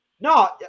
no